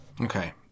Okay